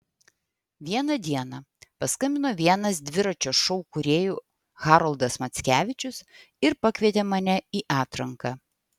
vieną dieną paskambino vienas dviračio šou kūrėjų haroldas mackevičius ir pakvietė mane į atranką